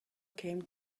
came